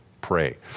pray